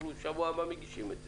אנחנו בשבוע הבא מגישים את זה.